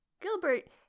Gilbert